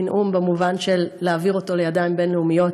בינאום במובן של להעביר אותו לידיים בין-לאומיות.